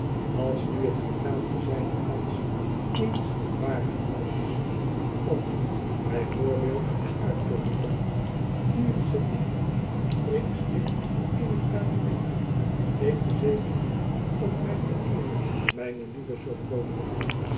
als nu het geraamte zijne kans eens waargenomen had om bij voorbeeld uit te roepen thier zit ik ik stik in hetkabmetje ik verzeker u op mijne eer mijne lieve